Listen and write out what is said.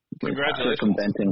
Congratulations